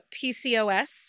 PCOS